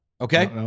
okay